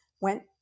went